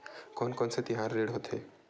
कोन कौन से तिहार ऋण होथे?